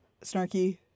Snarky